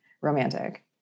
romantic